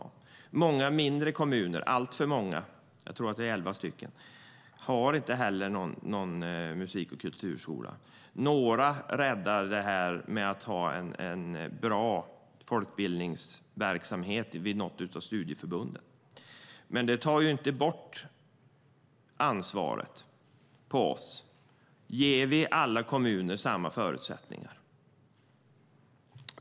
Alltför många mindre kommuner, jag tror att det är elva stycken, har inte någon musik och kulturskola. Några räddar det genom att ha en bra folkbildningsverksamhet vid något av studieförbunden. Men det tar inte bort vårt ansvar. Ger vi alla kommuner samma förutsättningar?